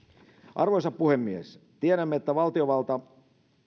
arvoisa puhemies tiedämme että